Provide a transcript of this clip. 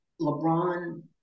LeBron